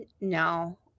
no